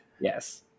Yes